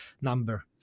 number